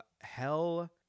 hell